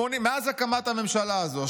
מאז הקמת הממשלה הזאת,